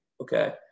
okay